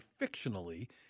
fictionally